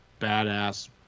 badass